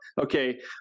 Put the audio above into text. okay